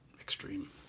extreme